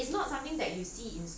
like 那种你没有